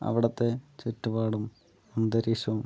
അവിടത്തെ ചുറ്റുപാടും അന്തരീക്ഷവും